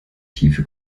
tiefe